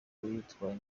witwaye